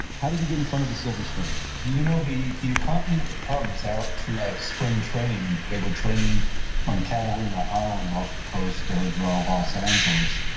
how did he get in front of the silver screen? you know, he he accompanied the cubs out to spring training. they were training on catalina island off the coast ah of los angeles.